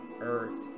earth